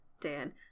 Dan